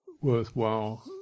worthwhile